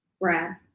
Brad